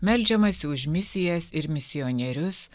meldžiamasi už misijas ir misionierius